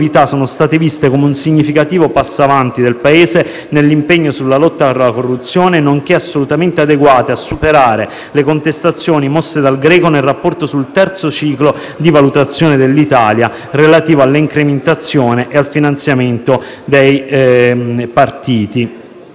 sono state viste come un significativo passo avanti del Paese nell'impegno nella lotta alla corruzione, nonché assolutamente adeguate a superare le contestazioni mosse dal Greco nel rapporto sul terzo ciclo di valutazione dell'Italia relativo alle incriminazioni e al finanziamento dei partiti.